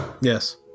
Yes